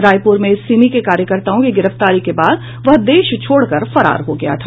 रायपूर में सिमी के कार्यकर्ताओं की गिरफ्तारी के बाद वह देश छोड़कर फरार हो गया था